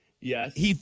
Yes